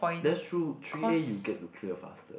that's true three_A you get to clear faster